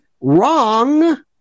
Wrong